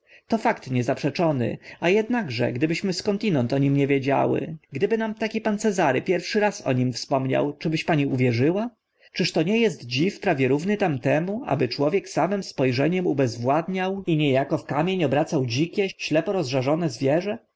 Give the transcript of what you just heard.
to fakt niezaprzeczony a ednakże gdybyśmy skądinąd o nim nie wiedziały gdyby nam taki pan cezary pierwszy raz o nim wspomniał czyżbyś pani uwierzyła czyż to nie est dziw prawie równy tamtemu aby człowiek samym spo rzeniem ubezwładniał i nie ako w kamień obracał dzikie ślepo rozżarte zwierzę